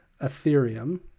Ethereum